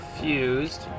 fused